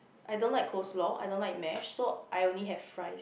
I don't like coleslaw I don't like mash so I only have fries